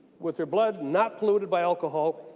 whether blood not polluted by alcohol